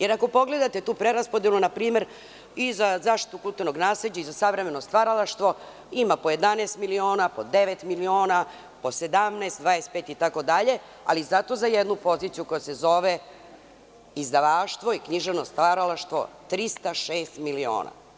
Ako pogledate tu preraspodelu, npr. i za zaštitu kulturnog nasleđa i za savremeno stvaralaštvo, ima po 11 miliona, po devet miliona, po 17, 25 itd, ali zato za jednu poziciju koja se zove izdavaštvo i književno stvaralaštvo 306. miliona.